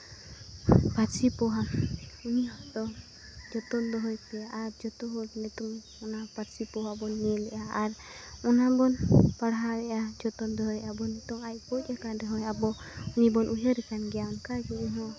ᱯᱟᱹᱨᱥᱤ ᱯᱚᱦᱟ ᱩᱱᱤ ᱦᱚᱛᱚ ᱡᱚᱛᱚᱱ ᱫᱚᱦᱚᱭᱯᱮ ᱟᱨ ᱡᱚᱛᱚ ᱦᱚᱲ ᱱᱤᱛᱚᱜ ᱚᱱᱟ ᱯᱟᱹᱨᱥᱤ ᱯᱚᱦᱟ ᱵᱚᱱ ᱧᱮᱞᱮᱜᱼᱟ ᱟᱨ ᱚᱱᱟ ᱵᱚᱱ ᱯᱟᱲᱦᱟᱣ ᱮᱜᱼᱟ ᱡᱚᱛᱚᱱ ᱫᱚᱦᱚᱭᱮᱜ ᱵᱚᱱ ᱱᱤᱛᱚᱜ ᱟᱡ ᱜᱚᱡ ᱠᱟᱱ ᱨᱮᱦᱚᱸ ᱟᱵᱚ ᱩᱱᱤ ᱵᱚᱱ ᱩᱭᱦᱟᱹᱨᱮ ᱠᱟᱱ ᱜᱮᱭᱟ ᱚᱱᱠᱟ ᱜᱮ ᱤᱧ ᱦᱚᱸ